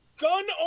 gun